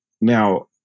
Now